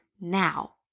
now